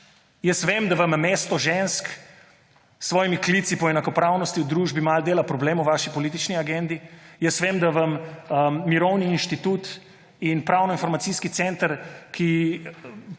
Jaz vem, da vam Mesto žensk s svojimi klici po enakopravnosti v družbi malo dela problem v vaši politični agendi; jaz vem, da vam Mirovni inštitut in Pravno-informacijski center, ki pomaga